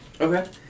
Okay